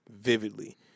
vividly